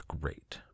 great